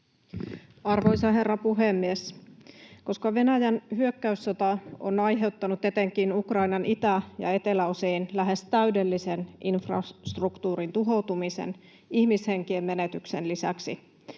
Arvoisa herra puhemies! Koska Venäjän hyökkäyssota on aiheuttanut etenkin Ukrainan itä‑ ja eteläosiin lähes täydellisen infrastruktuurin tuhoutumisen ihmishenkien menetyksen lisäksi,